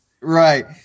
Right